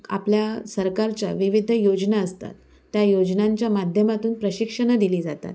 आपल्या सरकारच्या विविध योजना असतात त्या योजनांच्या माध्यमातून प्रशिक्षणं दिली जातात